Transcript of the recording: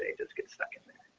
ah just get stuck in